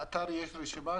יש באתר רשימה?